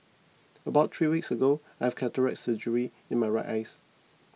about three weeks ago I've cataract surgery in my right eyes